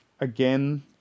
again